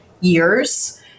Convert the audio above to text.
years